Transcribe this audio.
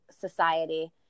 society